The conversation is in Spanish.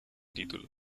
título